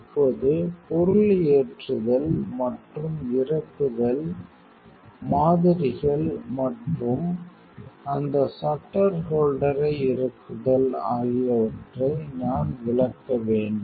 இப்போது பொருள் ஏற்றுதல் மற்றும் இறக்குதல் மாதிரிகள் மற்றும் அந்த ஷட்டர் ஹோல்டரை இறக்குதல் ஆகியவற்றை நான் விளக்க வேண்டும்